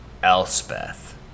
Elspeth